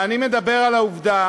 אני מדבר על העובדה